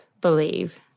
believe